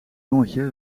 jongetje